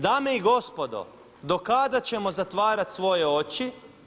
Dame i gospodo do kada ćemo zatvarati svoje oči?